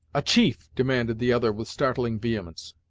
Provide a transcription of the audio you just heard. a chief! demanded the other with startling vehemence.